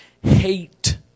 hate